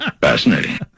fascinating